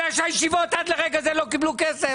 הישיבות עד רגע זה לא קיבלו כסף.